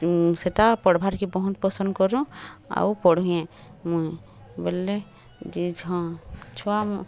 ସେଟା ପଢ଼ିବାର୍ କେ ବହୁତ୍ ପସନ୍ଦ୍ କରୁଁ ଆଉ ପଢ଼ିଏଁ ମୁଁ ବୋଲେ ଯିଏ ହଁ ଛୁଆ